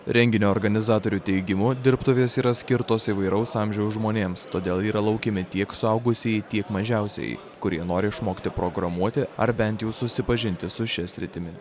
renginio organizatorių teigimu dirbtuvės yra skirtos įvairaus amžiaus žmonėms todėl yra laukiami tiek suaugusieji tiek mažiausieji kurie nori išmokti programuoti ar bent jau susipažinti su šia sritimi